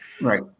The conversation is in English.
Right